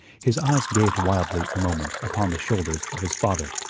his eyes gazed wildly a moment upon the shoulders of his father,